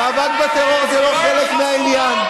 מאבק בטרור זה לא חלק מהעניין.